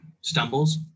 stumbles